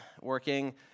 working